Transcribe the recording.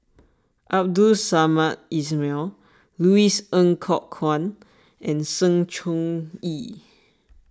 Abdul Samad Ismail Louis Ng Kok Kwang and Sng Choon Yee